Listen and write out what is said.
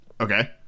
Okay